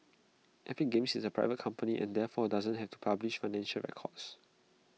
epic games is A private company and therefore doesn't have to publish financial records